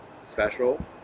special